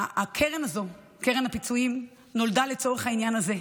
הקרן הזו, קרן הפיצויים, נולדה לצורך העניין הזה.